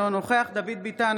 אינו נוכח דוד ביטן,